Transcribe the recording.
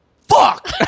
Fuck